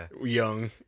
Young